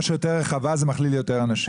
מה שיותר רחבה זה מכליל יותר אנשים.